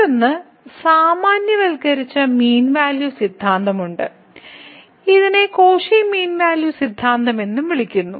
മറ്റൊന്ന് സാമാന്യവൽക്കരിച്ച mean value സിദ്ധാന്തം ഉണ്ട് ഇതിനെ കോഷി മീൻ വാല്യൂ സിദ്ധാന്തം എന്നും വിളിക്കുന്നു